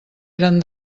eren